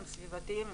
הם סביבתיים,